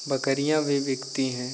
बकरियाँ भी बिकती हैं